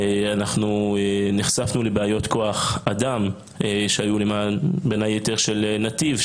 אנחנו נחשפנו לבעיות כוח אדם שהיו בין היתר של נתיב,